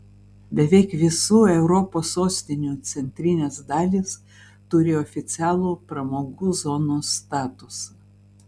beveik visų europos sostinių centrinės dalys turi oficialų pramogų zonos statusą